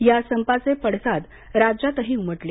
या संपाचे पडसाद राज्यातही उमटले